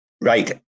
Right